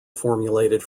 formulated